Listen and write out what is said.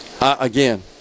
again